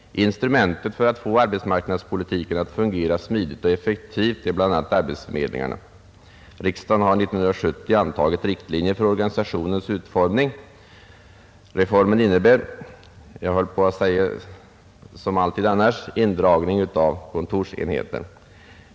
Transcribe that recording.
Instrumentet för att få arbetsmarknadspolitiken att fungera smidigt och effektivt är bl.a. arbetsförmedlingarna. Riksdagen har 1970 antagit riktlinjer för organisationens utformning. Reformen innebär — jag höll på att säga som alltid annars — indragning av kontorsenheter.